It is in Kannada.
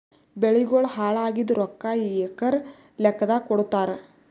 ಬೆಳಿಗೋಳ ಹಾಳಾಗಿದ ರೊಕ್ಕಾ ಎಕರ ಲೆಕ್ಕಾದಾಗ ಕೊಡುತ್ತಾರ?